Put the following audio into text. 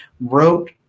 wrote